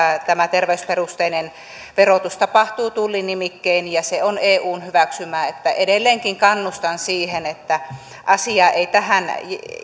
tämä terveysperusteinen verotus tapahtuu tullinimikkein ja se on eun hyväksymää että edelleenkin kannustan siihen että asiaa ei tähän